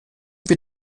wir